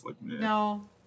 No